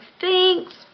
thanks